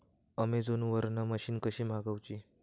Amazon वरन machine कशी मागवची?